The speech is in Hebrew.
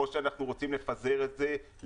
או שאנחנו רוצים לפזר את זה ל-1,000,